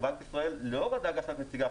בנק ישראל לאור הדאגה שאת מציגה,